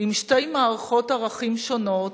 עם שתי מערכות ערכים שונות,